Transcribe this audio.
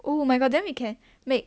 oh my god then we can make